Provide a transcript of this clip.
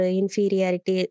inferiority